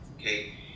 okay